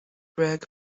greg